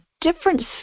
different